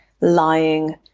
lying